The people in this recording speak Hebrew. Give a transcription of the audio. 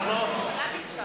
שטרית,